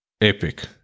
epic